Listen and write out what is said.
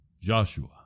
Joshua